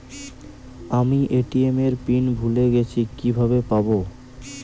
আমি এ.টি.এম এর পিন ভুলে গেছি কিভাবে পাবো?